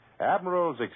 Admiral's